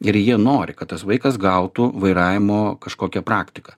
ir jie nori kad tas vaikas gautų vairavimo kažkokią praktiką